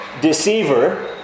deceiver